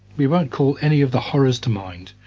we won't call any of the horrors to mind.